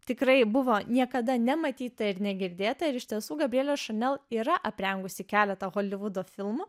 tikrai buvo niekada nematyta ir negirdėta ir iš tiesų gabrielė šanel yra aprengusi keletą holivudo filmų